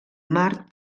mart